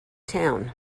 town